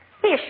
fish